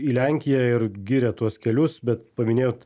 į lenkiją ir giria tuos kelius bet paminėjot